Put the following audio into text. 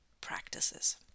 practices